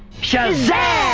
Shazam